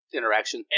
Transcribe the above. Interaction